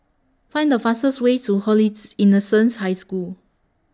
Find The fastest Way to Holy's Innocents' High School